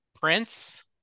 Prince